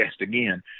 again